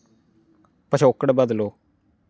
पछौकड़ बदलो